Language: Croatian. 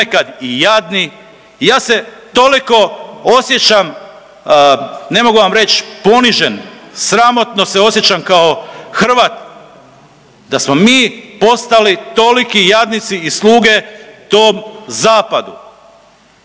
Ponekad i jadni. Ja se toliko osjećam ne mogu vam reći ponižen, sramotno se osjećam kao Hrvat da smo mi postali toliki jadnici i sluge tom zapadu.